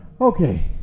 okay